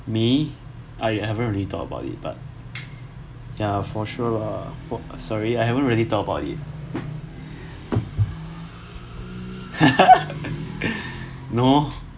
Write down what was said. me I haven't really thought about it but ya for sure lah for sorry I haven't really thought about it no